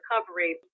recovery